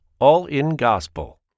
all-in-gospel